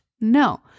No